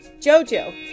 JoJo